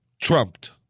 Trumped